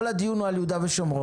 כל הדיון הוא על יהודה ושומרון,